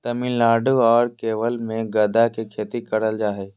तमिलनाडु आर केरल मे गदा के खेती करल जा हय